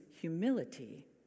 humility